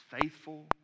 faithful